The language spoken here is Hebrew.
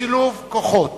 בשילוב כוחות,